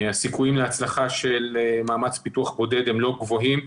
הסיכויים להצלחה של מאמץ פיתוח בודד הם לא גבוהים,